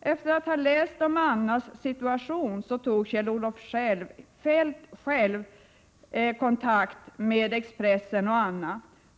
Efter att ha läst om Annas situation tog Kjell-Olof Feldt själv kontakt med Expressen och Anna.